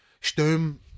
Stoom